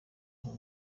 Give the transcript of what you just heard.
aho